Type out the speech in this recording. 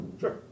Sure